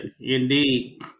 indeed